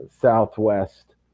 southwest